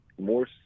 more